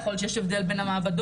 יכול להיות שיש הבדל בין המעבדות,